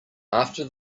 after